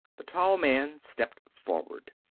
the tall man stepped forward.